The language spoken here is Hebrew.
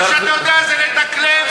כל מה שאתה יודע זה לדקלם ולדקלם ולדקלם.